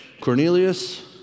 Cornelius